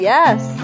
Yes